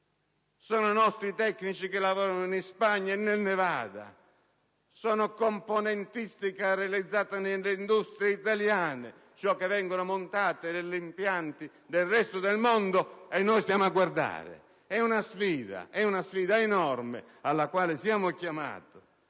Libia e nostri i tecnici impiegati in Spagna e nel Nevada, così come sono componentistiche realizzate nelle industrie italiane quelle che vengono montate negli impianti del resto del mondo. E noi stiamo a guardare: è una sfida enorme alla quale siamo chiamati.